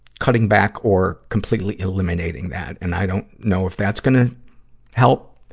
cutting back or completely eliminating that, and i don't know if that's gonna help.